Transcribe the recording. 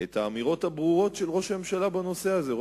את האמירות הברורות של ראש הממשלה בנושא הזה.